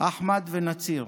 קאסם ונסיר,